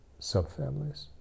subfamilies